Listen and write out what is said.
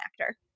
actor